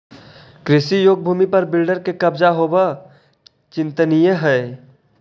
कृषियोग्य भूमि पर बिल्डर के कब्जा होवऽ चिंतनीय हई